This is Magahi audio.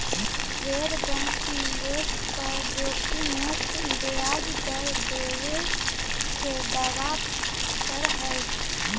ढेर बैंक निवेश पर जोखिम मुक्त ब्याज दर देबे के दावा कर हई